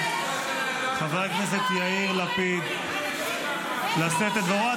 חבר הכנסת יאיר לפיד לשאת את דברו.